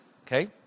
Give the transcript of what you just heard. Okay